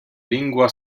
lingua